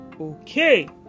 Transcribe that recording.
okay